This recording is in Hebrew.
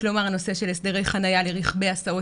כלומר הנושא של הסדרי חניה לרכבי הסעות